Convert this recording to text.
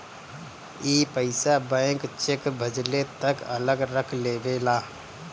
ई पइसा bank cheque भजले तक अलग रख लेवेला